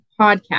podcast